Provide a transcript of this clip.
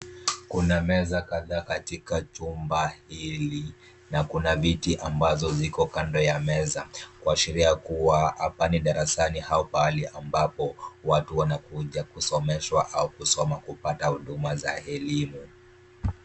Kuna meza kadhaa katika chumba hili na kuna viti ambazo ziko kando ya meza kuashiria kuwa hapa ni darasani au pahali ambapo watu wanakuja kusomeshwa au kusoma kupata huduma za elimu.